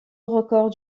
records